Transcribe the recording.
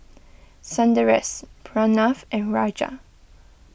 Sundaresh Pranav and Raja